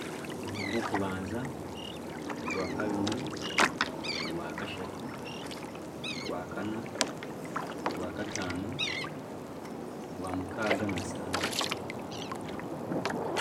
Orwokubanza, orwakabiri, orwakashatu, orwakana, orwakataano, orwamukaaga, na sande.